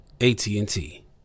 AT&T